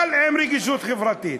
אבל עם רגישות חברתית.